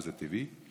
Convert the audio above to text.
וזה טבעי.